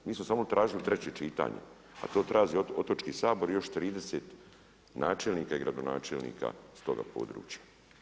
Mi smo samo tražili 3. čitanje a to traži Otočki sabor i još 30 načelnika i gradonačelnika sa toga područja.